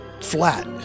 flat